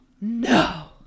No